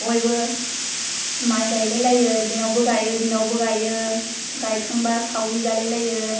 बयबो माय गायलायलायो बेनावबो गायो बैनावबो गायो गायखांब्ला सावरि जालायलायो